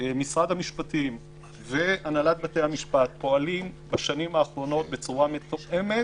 משרד המשפטים והנהלת בתי-המשפט פועלים בשנים האחרונות בצורה מתואמת